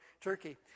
Turkey